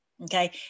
Okay